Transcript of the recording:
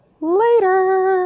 later